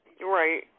Right